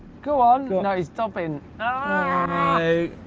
go on. now he's stopping. ah